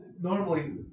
normally